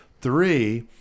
three